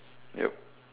yup